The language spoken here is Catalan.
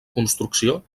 construcció